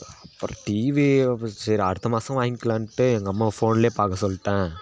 அப்புறம் டிவி அப்போ சரி அடுத்த மாதம் வாங்கிக்கலாண்ட்டு எங்கள் அம்மாவை ஃபோன்லேயே பார்க்க சொல்லிட்டேன்